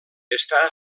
està